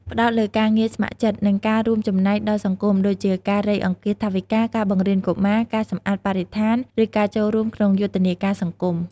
ផ្តោតលើការងារស្ម័គ្រចិត្ត និងការរួមចំណែកដល់សង្គម ដូចជា ការរៃអង្គាសថវិកា ការបង្រៀនកុមារ ការសម្អាតបរិស្ថាន ឬការចូលរួមក្នុងយុទ្ធនាការសង្គម។